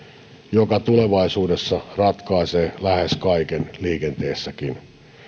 joka tulevaisuudessa ratkaisee lähes kaiken liikenteessäkin